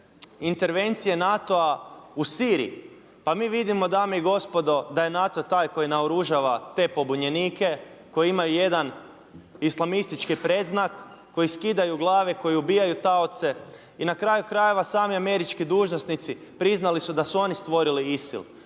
intervencije NATO-a u Siriji, pa mi vidimo dame i gospodo da je NATO taj koji naoružava te pobunjenike koji imaju jedan islamistički predznak, koji skidaju glave, koji ubijaju taoce i na kraju krajeva sami američki dužnosnici priznali su da su oni stvorili ISIL,